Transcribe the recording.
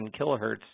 kilohertz